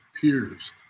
peers